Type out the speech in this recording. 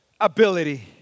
ability